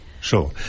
Sure